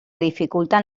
dificulten